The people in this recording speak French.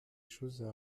choses